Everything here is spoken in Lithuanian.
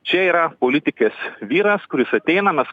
čia yra politikės vyras kuris ateina mes